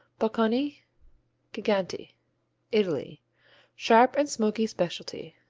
bocconi geganti italy sharp and smoky specialty.